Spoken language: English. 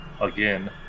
again